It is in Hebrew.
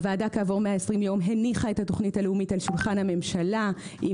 הוועדה הניחה את התוכנית הלאומית על שולחן הממשלה כעבור 120 יום,